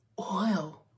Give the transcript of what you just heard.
oil